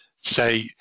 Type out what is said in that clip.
say